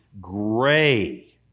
gray